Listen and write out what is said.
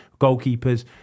Goalkeepers